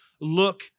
look